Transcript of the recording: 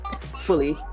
fully